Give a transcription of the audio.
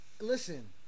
listen